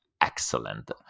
excellent